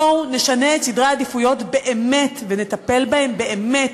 בואו נשנה את סדרי העדיפויות באמת ונטפל בהם באמת.